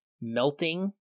melting